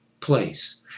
place